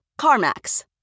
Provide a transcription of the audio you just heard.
CarMax